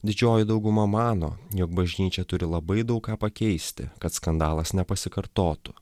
didžioji dauguma mano jog bažnyčia turi labai daug ką pakeisti kad skandalas nepasikartotų